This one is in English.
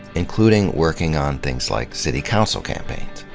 including working on things like city council campaigns.